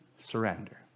surrender